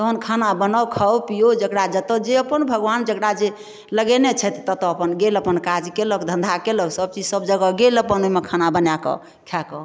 तहन खाना बनाउ खाउ पिउ जकरा जतऽ जे अपन भगवान जकरा जे लगेने छथि ततऽ अपन गेल अपन काज कयलक धन्धा कयलक सबचीज सब जगह गेल अपन ओहिमे खाना बनाए कऽ खाए कऽ